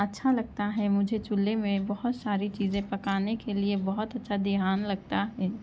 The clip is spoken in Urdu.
اچّھا لگتا ہے مجھے چولہے میں بہت ساری چیزیں پکانے کے لیے بہت اچّھا دھیان لگتا ہے